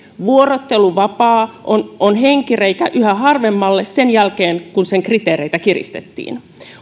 vuorotteluvapaa on on henkireikä yhä harvemmalle sen jälkeen kun sen kriteereitä kiristettiin